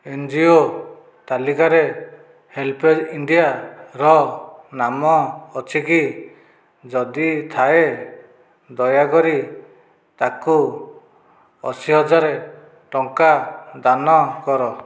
N G O ତାଲିକାରେ HelpAge India ର ନାମ ଅଛିକି ଯଦି ଥାଏ ଦୟାକରି ତାକୁ ଅଶି ହଜାର ଟଙ୍କା ଦାନ କର